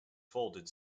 folded